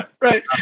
right